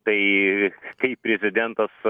tai kai prezidentas